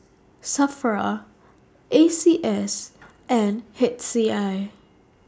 SAFRA A C S and H C I